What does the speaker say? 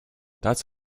that’s